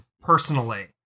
personally